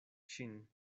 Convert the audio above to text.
ŝin